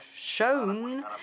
shown